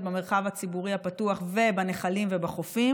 במרחב הציבורי הפתוח ובנחלים ובחופים.